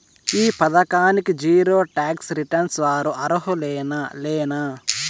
ఈ పథకానికి zero tax returns వారు అర్హులేనా లేనా?